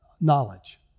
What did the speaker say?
Knowledge